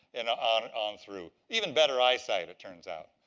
and ah on on through. even better eyesight, it turns out.